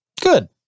Good